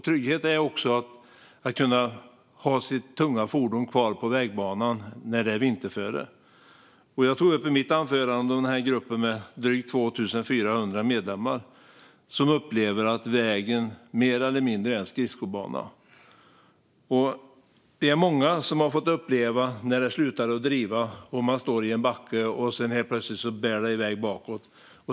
Trygghet är också att kunna hålla sitt tunga fordon kvar på vägbanan när det är vinterföre. Jag tog i mitt anförande upp den grupp på drygt 2 400 medlemmar som upplever att vägen mer eller mindre är som en skridskobana. Vi är många som har fått uppleva när fordonet slutar att driva när man står i en backe. Sedan bär det helt plötsligt iväg bakåt.